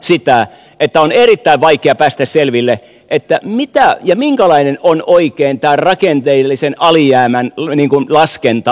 sitä että on erittäin vaikea päästä selville mitä ja minkälainen oikein on tämän rakenteellisen alijäämän laskentamalli